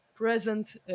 present